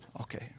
okay